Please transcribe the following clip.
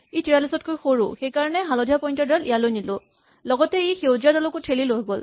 ই ৪৩ তকৈ সৰু সেইকাৰণে হালধীয়া পইন্টাৰ ডাল ইয়ালৈ নিলো লগতে ই সেউজীয়া ডালকো থেলি লৈ গ'ল